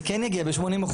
זה כן יגיע ב-80%.